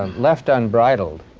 um left unbridled,